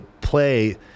play